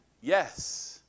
yes